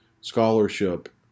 scholarship